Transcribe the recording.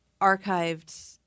archived